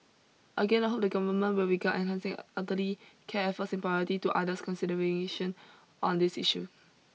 again I hope the Government will regard enhancing elderly care efforts in priority to others consideration on this issue